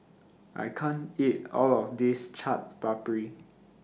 I can't eat All of This Chaat Papri